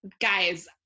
guys